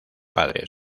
padre